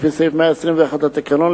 לפי סעיף 121 לתקנון,